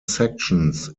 sections